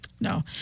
no